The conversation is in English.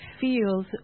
feels